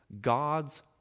God's